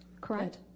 correct